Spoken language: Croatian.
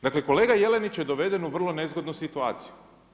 Dakle, kolega Jelenić je doveden u vrlo nezgodnu situaciju.